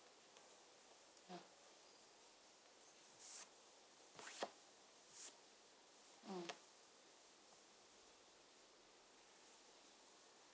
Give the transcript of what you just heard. mm